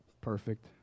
perfect